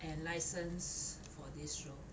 and license for this role